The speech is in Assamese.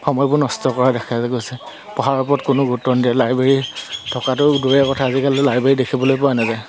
সময়বোৰ নষ্ট কৰা দেখা গৈছে পঢ়াৰ ওপৰত কোনো গুৰুত্ব নিদিয়ে লাইব্ৰেৰী থকাটো দূৰৰে কথা আজিকালি লাইব্ৰেৰী দেখিবলৈ পোৱা নাযায়